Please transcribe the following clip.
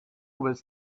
was